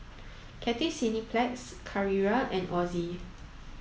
Cathay Cineplex Carrera and Ozi